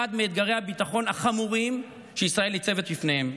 מאתגרי הביטחון החמורים שישראל ניצבת בפניהם.